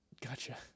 Gotcha